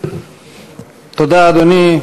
אדוני,